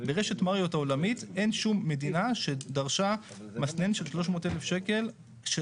ברשת מריוט העולמית אין שום מדינה שדרשה מסנן של 300,000 שקלים.